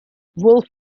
wolf